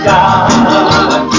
God